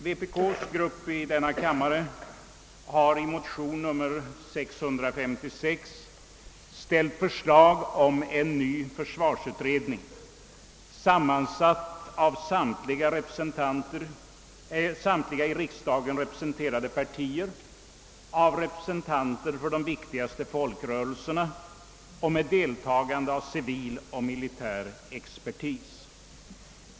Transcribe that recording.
Vpk:s grupp i denna kammare har i motion nr 656 framlagt förslag om en ny försvarsutredning, sammansatt av samtligå i riksdagen representerade partier, av representanter för de viktigaste folkrörelserna och med deltagande av civil och militär expertis.